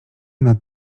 nad